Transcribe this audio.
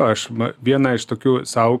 aš vieną iš tokių sau